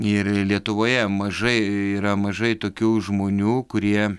ir lietuvoje mažai yra mažai tokių žmonių kurie